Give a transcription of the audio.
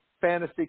fantasy